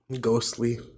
Ghostly